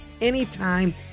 anytime